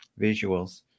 visuals